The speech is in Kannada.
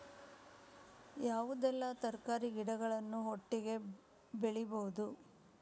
ಯಾವುದೆಲ್ಲ ತರಕಾರಿ ಗಿಡಗಳನ್ನು ಒಟ್ಟಿಗೆ ಬೆಳಿಬಹುದು?